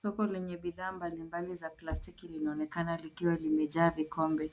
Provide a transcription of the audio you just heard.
Soko lenye bidhaa mbali mbali za plastiki linaonekana likiwa limejaa vikomba,